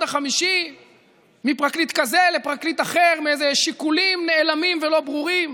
החמישי מפרקליט כזה לפרקליט אחר משיקולים נעלמים ולא ברורים?